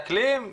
על חרדת אקלים.